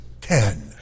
Ten